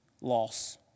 loss